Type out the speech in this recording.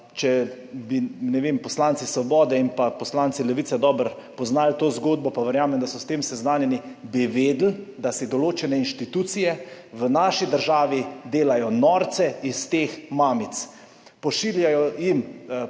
Če bi poslanci Svobode in poslanci Levice dobro poznali to zgodbo, verjamem, da so s tem seznanjeni, bi vedeli, da se določene institucije v naši državi delajo norca iz teh mamic. Pošiljajo jim